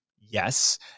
yes